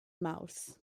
mawrth